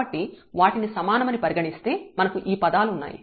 కాబట్టి వాటిని సమానమని పరిగణిస్తే మనకు ఈ పదాలున్నాయి